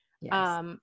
Yes